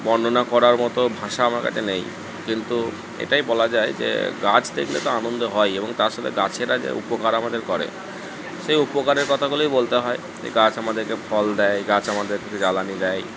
বর্ণনা করার মতো ভাষা আমার কাছে নেই কিন্তু এটাই বলা যায় যে গাছ দেখলে তো আনন্দ হয়ই এবং তার সাথে গাছেরা যে উপকার আমাদের করে সে উপকারের কথাগুলোই বলতে হয় গাছ আমাদেরকে ফল দেয় গাছ আমাদেরকে জ্বালানি দেয়